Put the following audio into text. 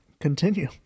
Continue